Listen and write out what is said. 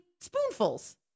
spoonfuls